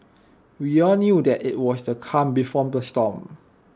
we all knew that IT was the calm before the storm